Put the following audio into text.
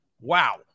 Wow